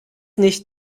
nicht